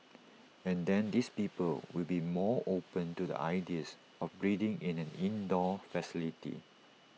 and then these people will be more open to the ideas of breeding in an indoor facility